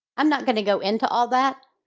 i'm not going to go into all that,